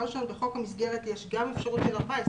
בחוק המסגרת יש גם אפשרות של 14 ימים.